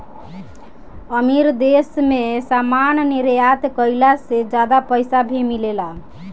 अमीर देश मे सामान निर्यात कईला से ज्यादा पईसा भी मिलेला